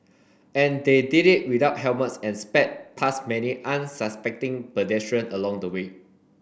and they did it without helmets and sped past many unsuspecting pedestrian along the way